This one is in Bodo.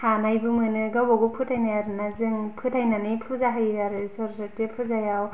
हानायबो मोनो गावबा गाव फोथायनाय आरोना जों फोथायनानै फुजा होयो आरो सर'सति फुजायाव